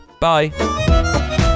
bye